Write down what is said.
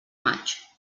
maig